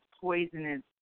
poisonous